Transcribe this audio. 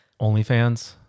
OnlyFans